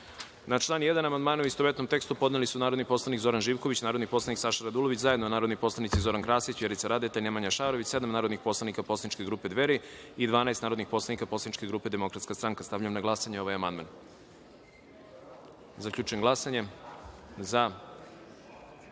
član 4. amandmane, u istovetnom tekstu, podneli su narodni poslanik Zoran Živković, narodni poslanik Saša Radulović, zajedno narodni poslanici Zoran Krasić, Vjerica Radeta i Miljan Damjanović, sedam narodnih poslanika poslaničke grupe Dveri i 12 poslanika poslaničke grupe DS.Stavljam na glasanje ovaj amandman. Zaključujem glasanje i